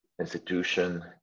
institution